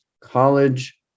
college